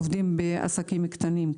עובדים בעסקים קטנים.